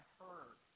heard